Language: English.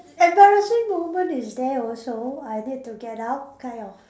embarassing moment is there also I need to get out kind of